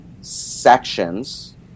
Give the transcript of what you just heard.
sections